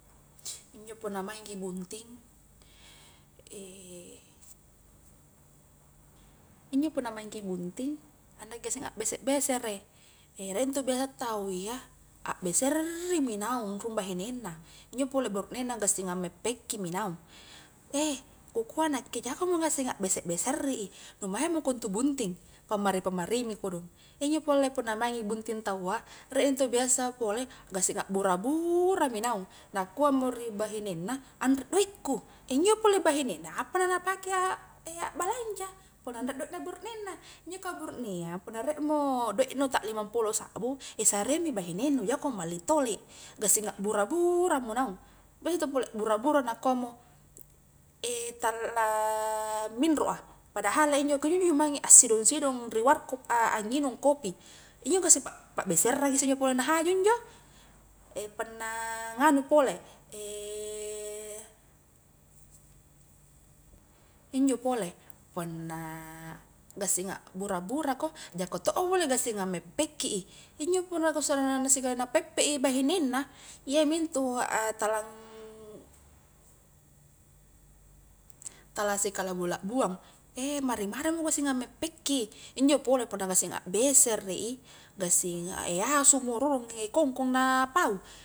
Injo punna maingki bunting, injo punna maingki bunting, andaki seng akbese-besere, riek intu biasa tau iya, akbeserri mi naung rung bahinenna injo pole burukneng na, gassing ammeppe ki mi naung, ku kua nakke jako mo gassing akbese-beserrei i, nu maing mako intu bunting, pammari-pammari mi kodong, injo pole punna maingi bunting taua riek intu biasa pole, gassing akbura-bura mi naung, nakua mo ri bahinenna anre doikku, injo pole bahinenna apa na-na pake ak akbalanja, punna anre doik na burukneng na, injo ka buruknea punna riek mo doik nu ta limangpulo sakbu sareang mi bahinennu, jakomo malli tole, gassing akbura-bura mo naung, biasa intu pole akbura-bura nakua mo tala minro a, padahala injo kunjo-njo mange assidong-sidong ri warkop a, angiung kopi, injo gassing pa-pakbeserrang isse injo pole na haju injo, punna nganui pole injo pole, punna gassing akbura-bura ko, jako tokmo pole gassing ammeppekki i, injo punna sikali na peppe i bahinenna, iyamintu a tala, tala si kalakbu-lakbuang, mari-mari mako singang meppeki, injo pole punna gassing akbesere i, gassing asu mo rurung kongkong na pau.